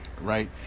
right